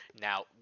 now